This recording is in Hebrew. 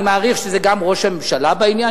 אני מעריך שגם ראש הממשלה בעניין,